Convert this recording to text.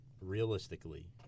realistically